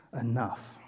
enough